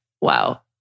wow